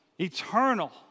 eternal